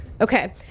Okay